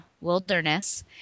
wilderness